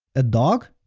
a dog?